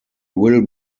will